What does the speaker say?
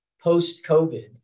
post-COVID